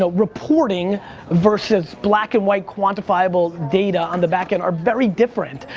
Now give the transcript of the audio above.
ah reporting versus black and white quantifiable data on the back end are very different.